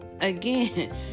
again